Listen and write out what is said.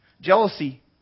Jealousy